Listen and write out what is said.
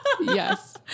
yes